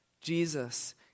Jesus